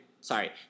sorry